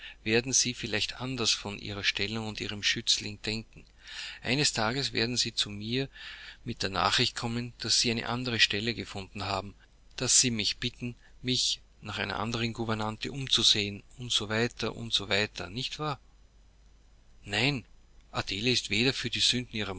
werden sie vielleicht anders von ihrer stellung und ihrem schützling denken eines tages werden sie mir mit der nachricht kommen daß sie eine andere stelle gefunden haben daß sie mich bitten mich nach einer anderen gouvernante umzusehen u s w u s w nicht wahr nein adele ist weder für die